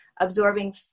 absorbing